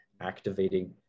activating